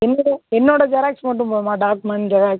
என்னோடய என்னோடய ஜெராக்ஸ் மட்டும் போதுமா டாக்குமெண்ட் ஜெராக்ஸ்